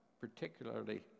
particularly